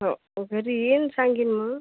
हो घरी येईन सांगीन मग